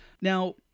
Now